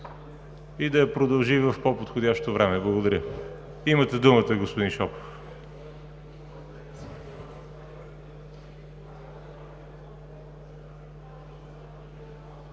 и да я продължи в по-подходящо време. Благодаря. Имате думата, господин Шопов.